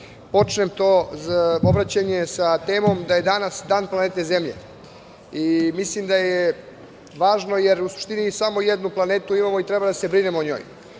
počnem to obraćanje sa temom da je danas Dan planete Zemlje i mislim da je važno, jer u suštini samo jednu planetu imamo i treba da se brinemo o njoj. Isto